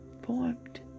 formed